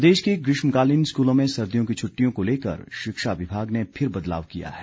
अवकाश प्रदेश के ग्रीष्मकालीन स्कूलों में सर्दियों की छुट्टियों को लेकर शिक्षा विभाग ने फिर बदलाव किया है